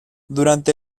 durante